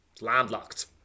landlocked